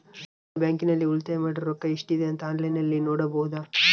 ನಾನು ಬ್ಯಾಂಕಿನಲ್ಲಿ ಉಳಿತಾಯ ಮಾಡಿರೋ ರೊಕ್ಕ ಎಷ್ಟಿದೆ ಅಂತಾ ಆನ್ಲೈನಿನಲ್ಲಿ ನೋಡಬಹುದಾ?